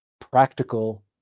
practical